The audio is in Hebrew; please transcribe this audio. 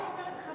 גם לך אין,